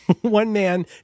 one-man